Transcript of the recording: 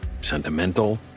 sentimental